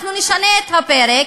אנחנו נשנה את הפרק,